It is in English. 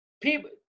People